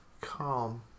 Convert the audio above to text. calm